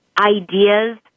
ideas